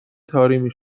طارمی